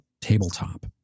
tabletop